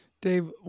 Dave